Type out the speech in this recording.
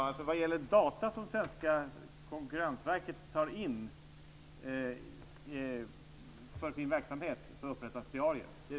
Herr talman! Över data som det svenska konkurrensverket tar in för sin verksamhet upprättas diarier. Det är riktigt.